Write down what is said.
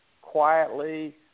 quietly